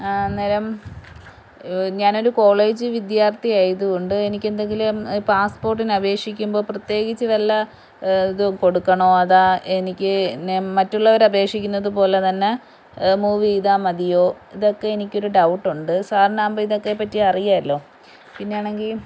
അന്നേരം ഞാനൊരു കോളേജ് വിദ്യാർത്ഥി ആയതുകൊണ്ട് എനിക്കെന്തെങ്കിലും പാസ്പോർട്ടിന് അപേക്ഷിക്കുമ്പോള് പ്രത്യേകിച്ച് വല്ല ഇതും കൊടുക്കണോ അതാ എനിക്ക് മറ്റുള്ളവർ അപേക്ഷിക്കുന്നത് പോലെ തന്നെ മൂവ് ചെയ്താല് മതിയോ ഇതൊക്കെ എനിക്കൊരു ഡൗട്ടുണ്ട് സാറിനാവുമ്പോള് ഇതൊക്കെപ്പറ്റി അറിയാമല്ലോ പിന്നാണെങ്കില്